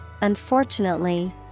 unfortunately